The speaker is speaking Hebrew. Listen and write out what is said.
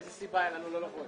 איזו סיבה הייתה לנו לא לבוא?